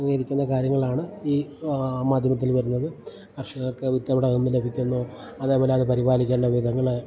യിരിക്കുന്ന കാര്യങ്ങളാണ് ഈ മാധ്യമത്തിൽ വരുന്നത് കർഷകർക്ക് വിത്ത് എവിടെ നിന്ന് ലഭിക്കുന്നു അതേപോലെ അത് പരിപാലിക്കേണ്ട വിധങ്ങള്